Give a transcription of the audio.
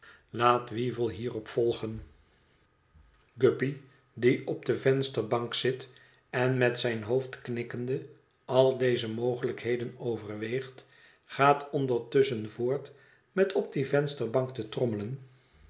laat weevle hierop volgen guppy die op de vensterbank zit en met zijn hoofd knikkende al deze mogelijkheden overweegt gaat ondertusschen voort met op die vensterbank te trommelen